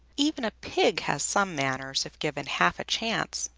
even a pig has some manners if given half a chance,